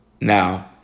Now